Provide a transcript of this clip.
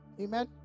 Amen